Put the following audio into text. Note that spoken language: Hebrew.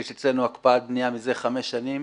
יש אצלנו הקפאת בניה מזה חמש שנים.